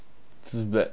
too bad